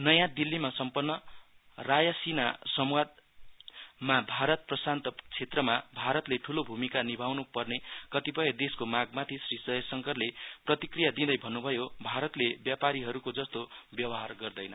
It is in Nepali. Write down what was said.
नयाँ दिल्लीमा सम्पन्न रायसीना सम्पादमा भारत प्रशान्त क्षेत्रमा भारतले ठ्रलो भूमिका निभाउन् पर्ने कतिपय देशको मागमाथि श्री जयशंकरले प्रतिक्रिया दिँदै भन्नभयोभारतले व्यापारिहरुको जस्तो व्यवहार गर्दैन